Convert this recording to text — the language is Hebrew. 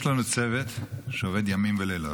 יש לנו צוות שעובד ימים ולילות,